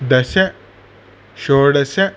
दश षोडश